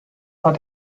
hat